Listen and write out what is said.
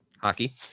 hockey